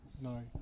No